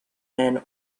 men